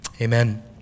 Amen